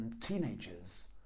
teenagers